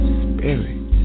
spirit